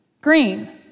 green